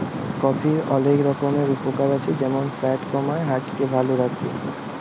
কফির অলেক রকমের উপকার আছে যেমল ফ্যাট কমায়, হার্ট কে ভাল ক্যরে